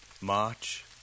March